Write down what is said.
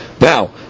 Now